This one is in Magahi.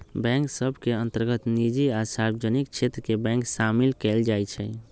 बैंक सभ के अंतर्गत निजी आ सार्वजनिक क्षेत्र के बैंक सामिल कयल जाइ छइ